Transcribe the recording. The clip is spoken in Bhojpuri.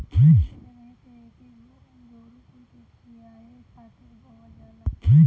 बहुते जगही पे एके गोरु कुल के खियावे खातिर बोअल जाला